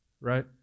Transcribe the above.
right